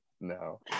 No